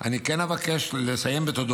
אני כן אבקש לסיים בתודות